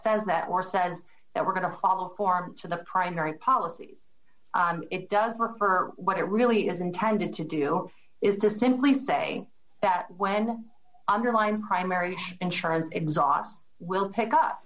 says that or says that we're going to follow form to the primary policies it does prefer what it really is intended to do is to simply say that when undermined primary insurance exhaust will pick up